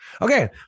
Okay